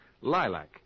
lilac